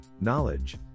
Knowledge